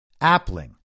Appling